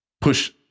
push